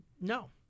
no